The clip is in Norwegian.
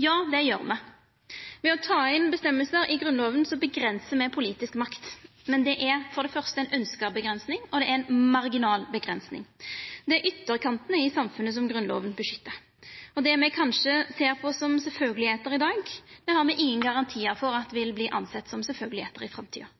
Ja, det gjer me. Ved å ta inn dette i Grunnlova avgrensar me politisk makt. Men det er for det første ei ønskt avgrensing, og det er ei marginal avgrensing. Det er ytterkantane i samfunnet Grunnlova beskyttar, og det me kanskje ser på som sjølvsagt i dag, har me ingen garantiar for vert sett på som sjølvsagt i framtida.